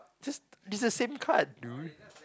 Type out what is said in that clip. just just the same card dude